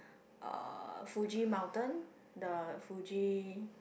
uh Fuji mountain the Fuji